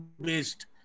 based